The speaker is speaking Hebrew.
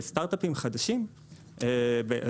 וסטארט-אפים חדשים חדשניים,